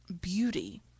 beauty